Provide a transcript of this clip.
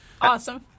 awesome